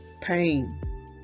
Pain